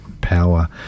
power